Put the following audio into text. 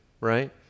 right